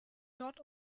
dort